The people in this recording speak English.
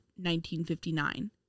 1959